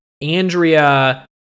Andrea